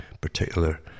particular